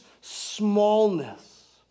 smallness